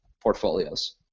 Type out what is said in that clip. portfolios